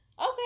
Okay